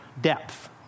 depth